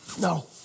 no